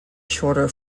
shorter